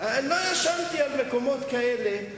על מקומות כאלה.